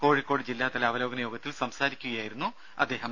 കോഴിക്കോട് ജില്ലാതല അവലോകന യോഗത്തിൽ സംസാരിക്കുകയായിരുന്നു അദ്ദേഹം